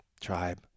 Tribe